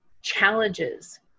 challenges